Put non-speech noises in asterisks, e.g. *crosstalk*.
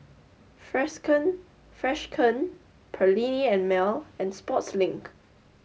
*unintelligible* Freshkon Perllini and Mel and Sportslink